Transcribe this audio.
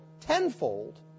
tenfold